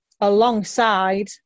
Alongside